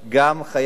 גם חיילים